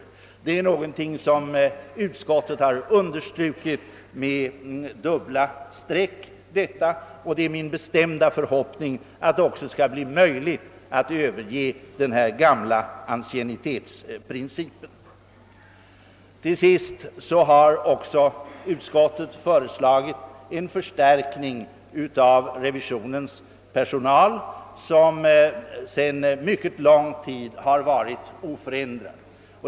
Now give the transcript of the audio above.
Den saken har utskottet strukit under med dubbla streck. Det är också min bestämda förhoppning, att det skall gå att överge den gamla anciennitetsprincipen. Slutligen har utskottet också föreslagit en förstärkning av revisionens personal, som sedan mycket lång tid har varit oförändrad.